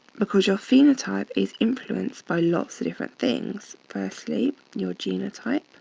because your phenotype is influenced by lots of different things. firstly, your genotype.